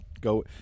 go